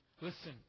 Listen